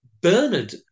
Bernard